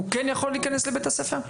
הוא כן יכול להיכנס לבית הספר?